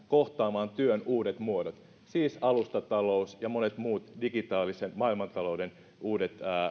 kohtaamaan työn uudet muodot siis alustatalous ja monet muut digitaalisen maailmantalouden uudet